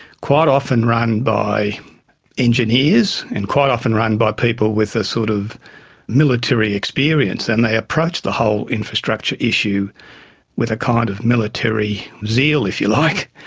quite often run by engineers and quite often run by people with a sort of military experience. and they approached the whole infrastructure issue with a kind of military zeal, if you like.